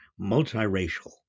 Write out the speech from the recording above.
multiracial